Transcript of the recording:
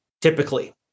typically